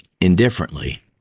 indifferently